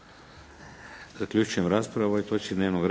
Zaključujem raspravu o ovoj točci dnevnog